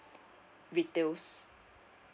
retails